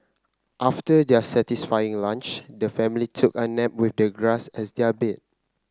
after their satisfying lunch the family took a nap with the grass as their bed